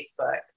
Facebook